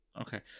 okay